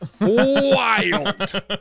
Wild